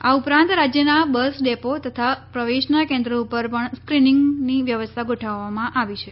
આ ઉપરાંત રાજ્યના બસ ડેપો તથા પ્રવેશના કેન્દ્રો ઉપર પણ સ્ક્રીનીંગની વ્યવસ્થા ગોઠવવામાં આવી છે